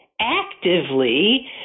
actively